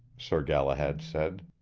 sir galahad said.